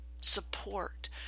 support